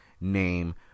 name